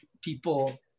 people